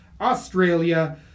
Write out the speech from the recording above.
Australia